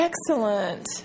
Excellent